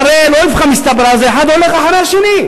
הרי זה לא איפכא מסתברא, זה אחד הולך אחרי השני.